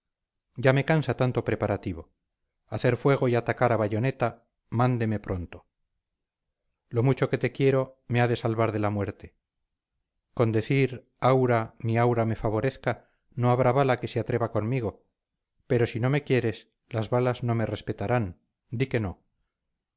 ya me cansa tanto preparativo hacer fuego y atacar a la bayoneta mándeme pronto lo mucho que te quiero me ha de salvar de la muerte con decir aura mi aura me favorezca no habrá bala que se atreva conmigo pero si no me quieres las balas no me respetarán di que no